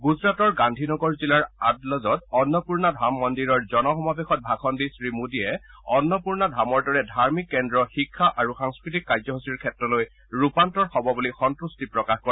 গুজৰাটৰ গান্ধীনগৰ জিলাৰ আদালজত অন্নপূৰ্ণা ধাম মন্দিৰৰ জন সমাৱেশত ভাষণ দি শ্ৰী মোদীয়ে অন্নপূৰ্ণা ধামৰ দৰে ধাৰ্মিক কেন্দ্ৰ শিক্ষা আৰু সাংস্কৃতিক কাৰ্যসূচীৰ ক্ষেত্ৰলৈ ৰূপান্তৰ হ'ব বুলি সন্তুষ্টি প্ৰকাশ কৰে